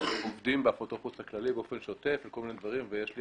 עובדים באפוטרופוס הכללי באופן שוטף ויש לי